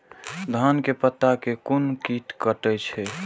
धान के पत्ता के कोन कीट कटे छे?